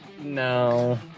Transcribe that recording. No